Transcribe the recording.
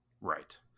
Right